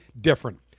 different